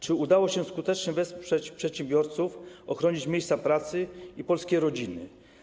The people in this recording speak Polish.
Czy udało się skutecznie wesprzeć przedsiębiorców, ochronić miejsca pracy i polskie rodziny?